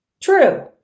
true